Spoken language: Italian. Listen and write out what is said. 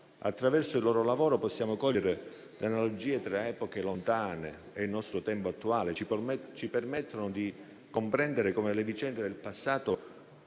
Attraverso il loro lavoro possiamo cogliere analogie tra epoche lontane e il nostro tempo attuale, ci permettono di comprendere come le vicende del passato